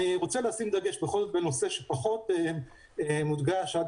אני רוצה לשים דגש על נושא שפחות מודגש עד